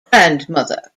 grandmother